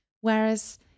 Whereas